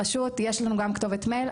הרשות, יש לנו גם כתובת מייל.